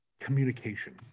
communication